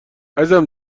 عزیزم